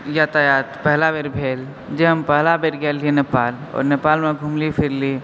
यातायात पहिला बेर भेल जे हम पहिला बेर गेल रहियै नेपाल आओर नेपालमे घुमली फिरली